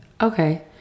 okay